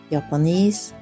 Japanese